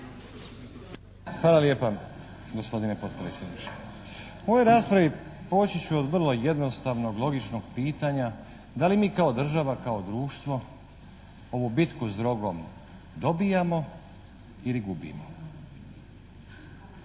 Hvala lijepa gospodine potpredsjedniče. U ovoj raspravi poći ću od vrlo jednostavnog, logičnog pitanja da li mi kao država kao društvo ovu bitku s drogom dobijamo ili gubimo?